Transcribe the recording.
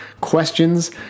questions